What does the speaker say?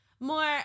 More